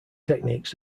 techniques